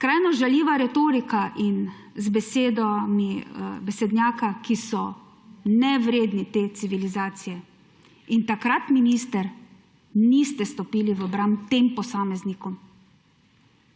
Skrajno žaljiva retorika z besedami besednjaka, nevrednega te civilizacije. In takrat, minister, niste stopili v bran tem posameznikom.